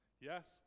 Yes